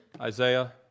Isaiah